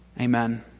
Amen